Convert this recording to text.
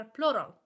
plural